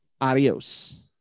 adios